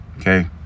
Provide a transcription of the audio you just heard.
Okay